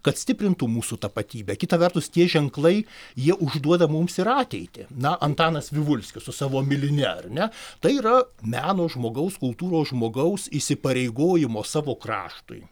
kad stiprintų mūsų tapatybę kita vertus tie ženklai jie užduoda mums ir ateitį na antanas vivulskis su savo miline ar ne tai yra meno žmogaus kultūros žmogaus įsipareigojimo savo kraštui